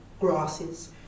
grasses